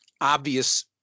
obvious